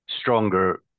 stronger